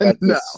no